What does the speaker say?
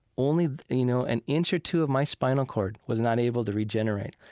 only you know, an inch or two of my spinal cord was not able to regenerate.